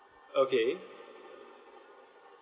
okay